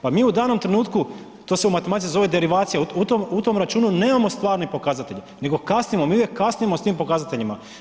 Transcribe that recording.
Pa mi u danom trenutku, to se u matematici zove derivaciju, u tom računu nemamo stvarne pokazatelje nego kasnimo, mi uvijek kasnimo s tim pokazateljima.